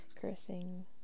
cursing